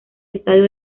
estadio